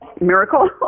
miracle